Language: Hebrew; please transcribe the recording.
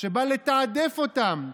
שבא לתעדף אותם.